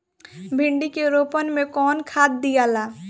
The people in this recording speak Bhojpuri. भिंदी के रोपन मे कौन खाद दियाला?